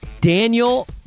Daniel